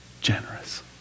generous